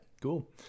cool